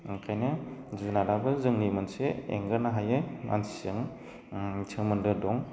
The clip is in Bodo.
ओंखायनो जुनाराबो जोंनि मोनसे एंगारनो हायै मानसिजों सोमोनदो दं